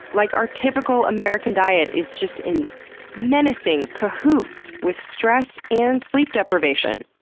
like our typical american diet is just in menacing cahoots with stress and sleep deprivation.